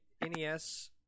NES